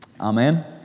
Amen